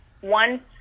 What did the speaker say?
one